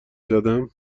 زدم